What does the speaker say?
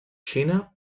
xina